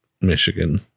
Michigan